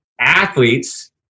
Athletes